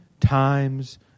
times